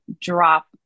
drop